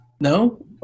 No